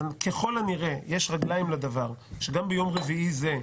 ככל הנראה יש רגליים לדבר שגם ביום רביעי זה,